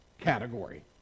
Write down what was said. category